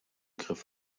griff